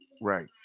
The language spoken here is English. right